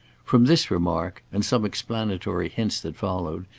from this remark and some explanatory hints that followed,